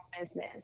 business